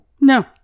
No